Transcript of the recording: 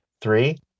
Three